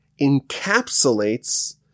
encapsulates